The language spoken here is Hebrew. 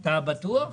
אתה בטוח?